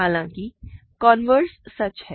हालांकि कनवर्स सच है